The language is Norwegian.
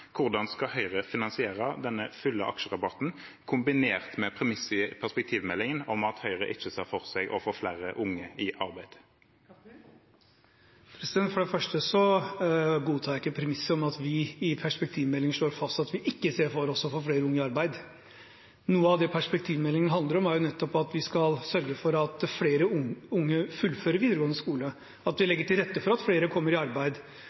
hvordan skal Høyre finansiere denne fulle aksjerabatten, kombinert med premisset i perspektivmeldingen om at Høyre ikke ser for seg å få flere unge i arbeid? For det første godtar jeg ikke premisset om at vi i perspektivmeldingen slår fast at vi ikke ser for oss å få flere unge i arbeid. Noe av det perspektivmeldingen handler om, er nettopp at vi skal sørge for at flere unge fullfører videregående skole, og at vi legger til rette for at flere kommer i arbeid.